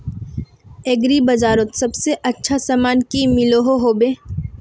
Agri बजारोत सबसे अच्छा सामान की मिलोहो होबे?